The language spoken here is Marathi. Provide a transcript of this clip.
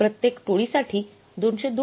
प्रत्येक टोळी साठी २०२